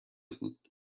بود